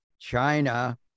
China